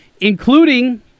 including